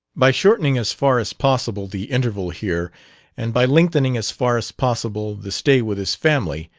by shortening as far as possible the interval here and by lengthening as far as possible the stay with his family,